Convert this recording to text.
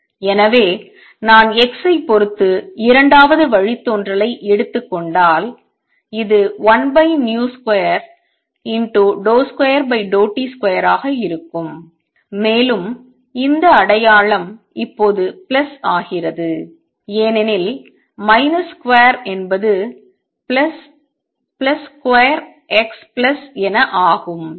எனவே நான் x ஐப் பொறுத்து இரண்டாவது வழித்தோன்றலை எடுத்துக் கொண்டால் இது 1v2 ∂2t2 ஆக இருக்கும் மேலும் இந்த அடையாளம் இப்போது பிளஸ் ஆகிறது ஏனெனில் மைனஸ் ஸ்கொயர் என்பது plus plus square x plus என ஆகும்